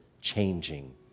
changing